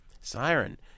Siren